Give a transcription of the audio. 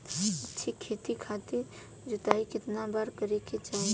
अच्छा खेती खातिर जोताई कितना बार करे के चाही?